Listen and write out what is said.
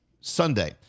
Sunday